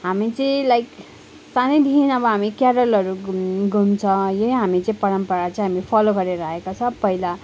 हामी चाहिँ लाइक सानैदेखिन् अब हामी क्यारलहरू घुम घुम्छ यही हामी चाहिँ परम्परा चाहिँ फलो गरेर आएका छ पहिला